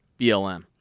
BLM